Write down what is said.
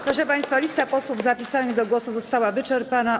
Proszę państwa, lista posłów zapisanych do głosu została wyczerpana.